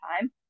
time